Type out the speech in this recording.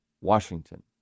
Washington